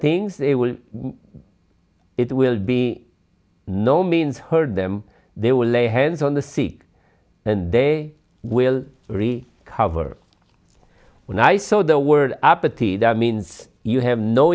will it will be no means heard them they will lay hands on the sick and they will really cover when i saw the word apathy that means you have no